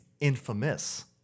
Infamous